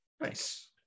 Nice